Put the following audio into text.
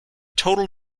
total